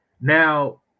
Now